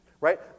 right